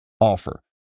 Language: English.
offer